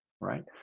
right